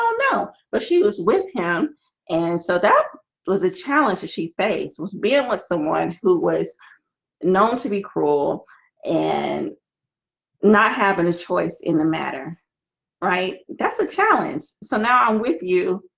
um know, but she was with him and so that was a challenge that she faced was being with someone who was known to be cruel and not having a choice in the matter right. that's a challenge. so now i'm with you